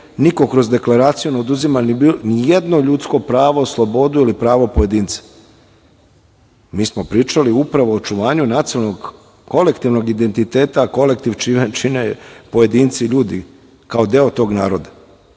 niko kroz deklaraciju ne oduzima nijedno ljudsko pravo, slobodu, ili pravo pojedinca. Mi smo pričali upravo o očuvanju nacionalnog kolektivnog identiteta, a kolektiv čine pojedinci i ljudi, kao deo tog naroda